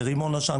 רימון עשן,